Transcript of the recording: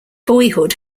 boyhood